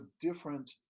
different